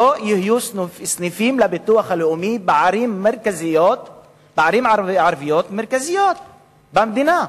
לא יהיו סניפים של הביטוח הלאומי בערים ערביות מרכזיות במדינה.